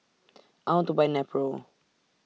I want to Buy Nepro